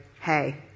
hey